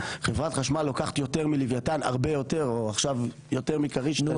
חברת חשמל לוקחת יותר הרבה יותר מלווייתן או עכשיו יותר מכריש-תנין.